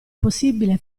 possibile